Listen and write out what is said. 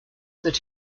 that